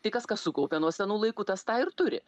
tai kas ką sukaupė nuo senų laikų tas tą ir turi